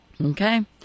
okay